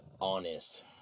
honest